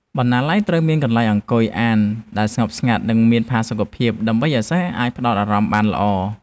បណ្ណាល័យត្រូវមានកន្លែងអង្គុយអានដែលស្ងប់ស្ងាត់និងមានផាសុកភាព ដើម្បីឱ្យសិស្សអាចផ្តោតអារម្មណ៍បានល្អ។